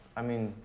i mean.